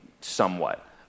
somewhat